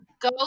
Go